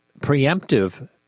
preemptive